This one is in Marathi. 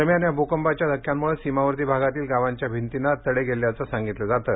दरम्यान या भुकंपांच्या धक्यांमुळे सीमावर्ती भागातील गावांच्या भिंतींना तडे गेल्याचं सांगितलं जात आहे